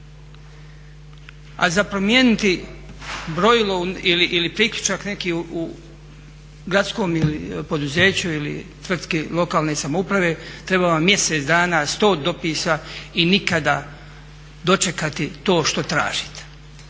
A za promijeniti brojilo ili priključak neki u gradskom poduzeću ili tvrtki lokalne samouprave treba vam mjesec dana, sto dopisa i nikada dočekati to što tražite.